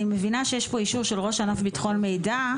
אני מבינה שיש פה אישור של ראש ענף ביטחון מידע,